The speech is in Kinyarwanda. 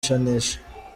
janisha